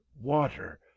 water